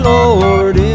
Lord